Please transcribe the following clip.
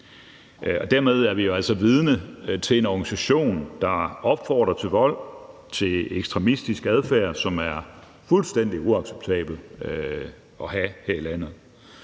Dermed er vi jo altså vidne til en organisation, der opfordrer til vold og til ekstremistisk adfærd, som er fuldstændig uacceptabel at have her i landet.